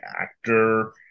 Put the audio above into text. actor